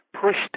pushed